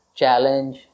challenge